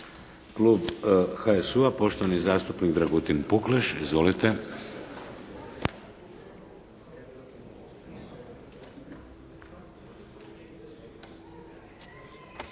Klub HSU-a, poštovani zastupnik Dragutin Pukleš. Izvolite!